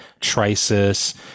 trisis